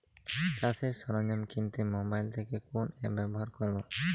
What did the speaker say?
চাষের সরঞ্জাম কিনতে মোবাইল থেকে কোন অ্যাপ ব্যাবহার করব?